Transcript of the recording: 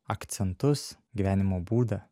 akcentus gyvenimo būdą